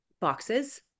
boxes